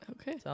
Okay